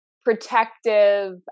protective